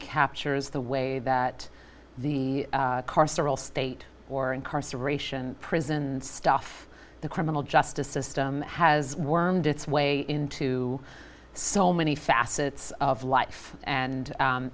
captures the way that the car several state or incarceration prison stuff the criminal justice system has wormed its way into so many facets of life